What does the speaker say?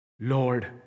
Lord